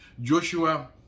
Joshua